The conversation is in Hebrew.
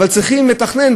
אבל צריכים לתכנן,